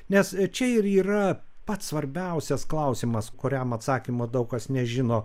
nes čia ir yra pats svarbiausias klausimas kuriam atsakymo daug kas nežino